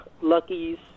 Lucky's